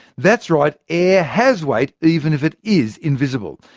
that's right, air has weight, even if it is invisible.